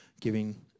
giving